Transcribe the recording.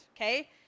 okay